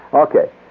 Okay